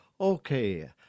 Okay